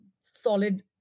solid